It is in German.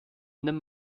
nimm